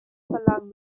verlangen